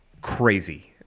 crazy